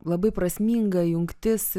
labai prasminga jungtis